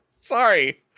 Sorry